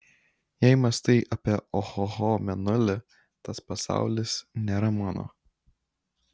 jei mąstai apie ohoho mėnulį tas pasaulis nėra mano